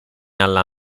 alla